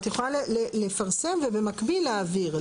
את יכולה לפרסם ובמקביל להעביר.